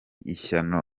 ishyano